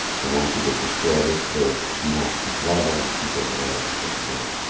i want you to destroy this village to-night and drive all the people away, said the boy.